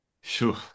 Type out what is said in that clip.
Sure